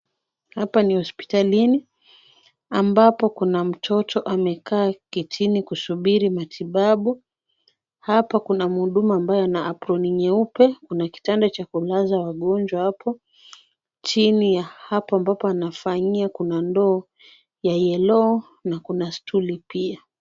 Hapa ni hospitalini. Ambapo kuna mtoto amekaa kitini kusubiri matibabu. Hapa kuna mhudumu ambaye ana aproni nyeupe, kuna kitanda cha kulaza wagonjwa hapo. Chini ya hapo ambapo anafanyia kuna ndoo ya yellow na kuna stuli pia.